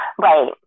Right